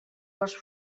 les